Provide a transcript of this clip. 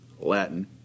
Latin